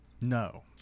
No